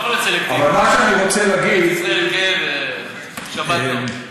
אתה לא יכול להיות סלקטיבי, זה כן ושבת לא.